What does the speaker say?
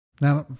Now